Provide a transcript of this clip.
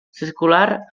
circular